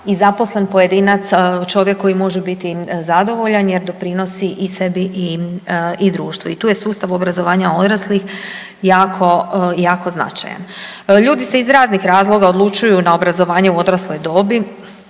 i zaposlen pojedinac čovjek koji može biti zadovoljan jer doprinosi sebi i društvu i tu je sustav obrazovanja odraslih jako značajan. Ljudi se iz razlih razloga odlučuju na obrazovanje u odrasloj dobi,